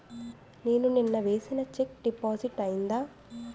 నేను నిన్న వేసిన చెక్ డిపాజిట్ అయిందా?